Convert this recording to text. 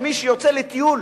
שמי שיוצא לטיול